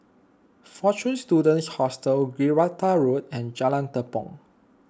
fortune Students Hostel Gibraltar Road and Jalan Tepong